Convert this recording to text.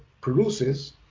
produces